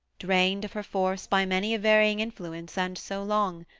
drained of her force by many a varying influence and so long.